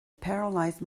paralysed